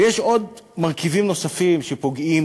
יש מרכיבים נוספים שפוגעים,